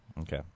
Okay